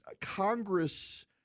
Congress